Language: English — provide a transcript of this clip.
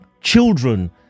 children